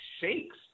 shakes